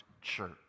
church